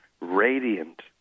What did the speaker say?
radiant